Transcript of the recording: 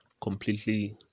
completely